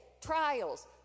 Trials